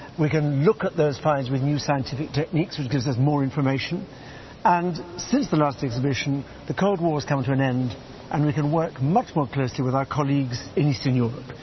we can look at those finds with new scientific techniques, which gives us more information and since the last exhibition the cold war has come to an end and we can work much more closely with our colleagues in eastern europe.